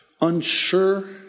unsure